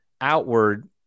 outward